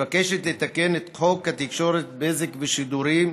מבקשת לתקן את חוק התקשורת (בזק ושידורים),